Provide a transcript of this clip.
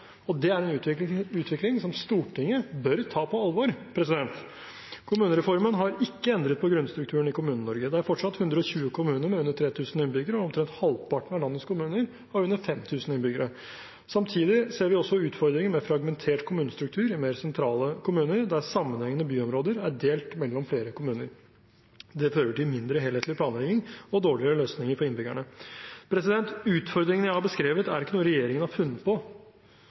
og det er en utvikling Stortinget bør ta på alvor. Kommunereformen har ikke endret på grunnstrukturen i Kommune-Norge. Det er fortsatt 120 kommuner med under 3 000 innbyggere, og omtrent halvparten av landets kommuner har under 5 000 innbyggere. Samtidig ser vi også utfordringer med fragmentert kommunestruktur i mer sentrale områder, der sammenhengende byområder er delt mellom flere kommuner. Det fører til mindre helhetlig planlegging og dårligere løsninger for innbyggerne. Utfordringene jeg har beskrevet, er ikke noe regjeringen har funnet på, det er noe mange ute i kommunene kjenner på